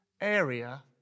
area